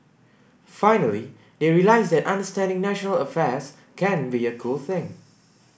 finally they realise that understanding national affairs can be a cool thing